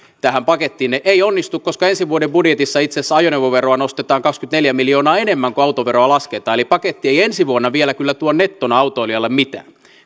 tähän pakettiin niin ei onnistu koska ensi vuoden budjetissa itse asiassa ajoneuvoveroa nostetaan kaksikymmentäneljä miljoonaa enemmän kuin autoveroa lasketaan eli paketti ei ensi vuonna vielä kyllä tuo nettona autoilijalle mitään